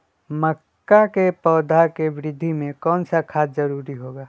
मक्का के पौधा के वृद्धि में कौन सा खाद जरूरी होगा?